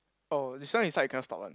oh this one inside cannot stop one